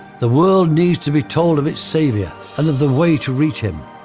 the world needs to be told of its saviour, and of the way to reach him.